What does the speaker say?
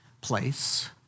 place